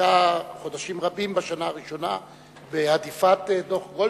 עסקה חודשים רבים בשנה הראשונה בהדיפת דוח-גולדסטון,